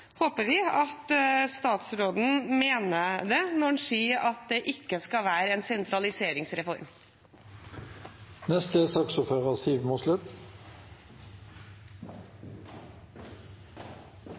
håper vi at statsråden mener det når han sier at det ikke skal være en sentraliseringsreform. Som saksordfører